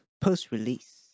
Post-release